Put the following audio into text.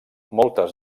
moltes